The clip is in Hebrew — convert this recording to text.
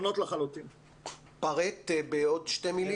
פרט בעוד שתי מילים.